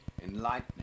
enlightenment